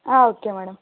okay madam